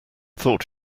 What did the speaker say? thought